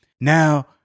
now